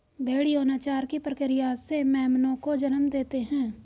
भ़ेड़ यौनाचार की प्रक्रिया से मेमनों को जन्म देते हैं